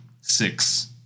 Six